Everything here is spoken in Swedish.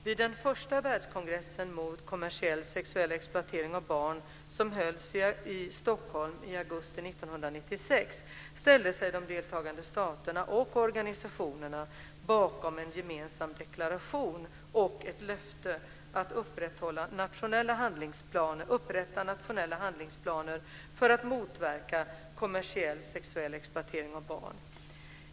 Vid den första världskongressen mot kommersiell sexuell exploatering av barn som hölls i Stockholm i augusti 1996 ställde sig de deltagande staterna och organisationerna bakom en gemensam deklaration och ett löfte att upprätta nationella handlingsplaner för att motverka kommersiell sexuell exploatering av barn.